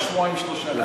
אני אמשיך ללחוץ עליו,